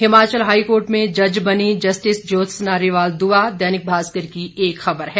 Himachal high court में जज बनी जस्टिस ज्योत्सना रिवाल दुआ दैनिक भास्कर की एक खबर है